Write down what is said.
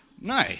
No